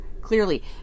clearly